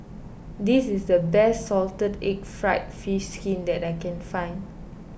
this is the best Salted Egg Fried Fish Skin that I can find